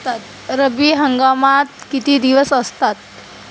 रब्बी हंगामात किती दिवस असतात?